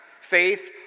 Faith